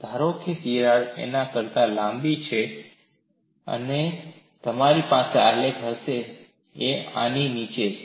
ધારો કે તિરાડ તેના કરતા લાંબી છે મારી પાસે આલેખ હશે જે આની નીચે છે